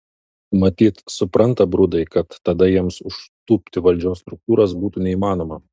matyt supranta brudai kad tada jiems užtūpti valdžios struktūras būtų neįmanoma